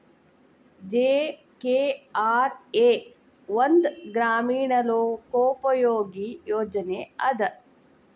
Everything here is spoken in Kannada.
ಜಿ.ಕೆ.ಆರ್.ಎ ಒಂದ ಗ್ರಾಮೇಣ ಲೋಕೋಪಯೋಗಿ ಯೋಜನೆ ಅದ